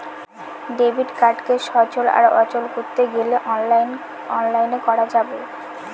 debit কার্ডকে সচল আর অচল করতে গেলে অনলাইনে করা যাবে